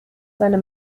seine